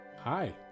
Hi